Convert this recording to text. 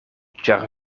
ĉar